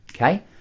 Okay